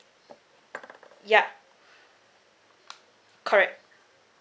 ya correct